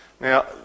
Now